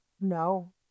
No